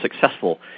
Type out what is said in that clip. successful